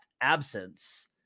absence